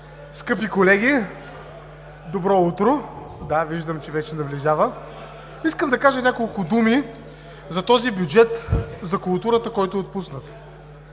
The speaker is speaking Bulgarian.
скъпи колеги! Добро утро! Да, виждам, че вече наближава. Искам да кажа няколко думи за този бюджет, който е отпуснат